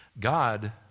God